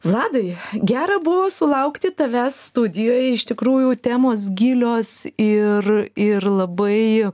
vladai gera buvo sulaukti tavęs studijoj iš tikrųjų temos gilios ir ir labai